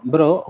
Bro